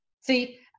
See